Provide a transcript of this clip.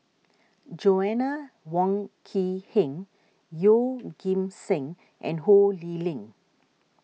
Joanna Wong Quee Heng Yeoh Ghim Seng and Ho Lee Ling